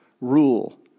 rule